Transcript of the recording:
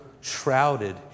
shrouded